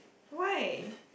why